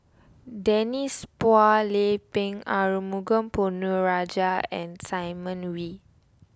Denise Phua Lay Peng Arumugam Ponnu Rajah and Simon Wee